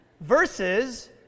Versus